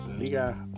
Liga